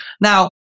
Now